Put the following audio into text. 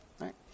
right